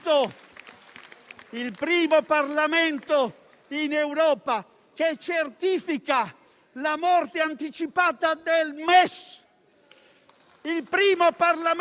Il primo Parlamento che dichiara superata la logica intergovernativa e terminata la filosofia